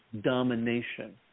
domination